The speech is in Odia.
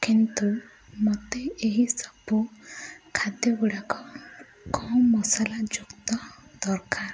କିନ୍ତୁ ମୋତେ ଏହିସବୁ ଖାଦ୍ୟ ଗୁଡ଼ାକ କମ୍ ମସଲା ଯୁକ୍ତ ଦରକାର